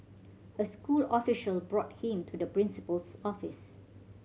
a school official brought him to the principal's office